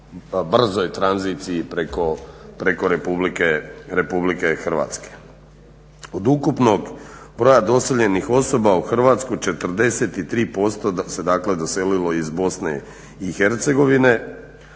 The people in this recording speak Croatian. brzoj tranziciji preko RH. Od ukupnog broja doseljenih osoba u Hrvatsku 43% se doselilo iz BiH, a najviše